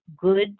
good